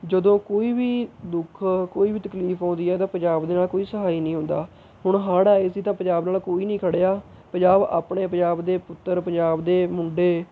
ਜਦੋਂ ਕੋਈ ਵੀ ਦੁੱਖ ਕੋਈ ਵੀ ਤਕਲੀਫ ਆਉਂਦੀ ਹੈ ਤਾਂ ਪੰਜਾਬ ਦੇ ਨਾਲ਼ ਕੋਈ ਸਹਾਈ ਨਹੀਂ ਹੁੰਦਾ ਹੁਣ ਹੜ੍ਹ ਆਏ ਸੀ ਤਾਂ ਪੰਜਾਬ ਨਾਲ਼ ਕੋਈ ਨਹੀਂ ਖੜ੍ਹਿਆ ਪੰਜਾਬ ਆਪਣੇ ਪੰਜਾਬ ਦੇ ਪੁੱਤਰ ਪੰਜਾਬ ਦੇ ਮੁੰਡੇ